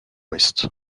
ouest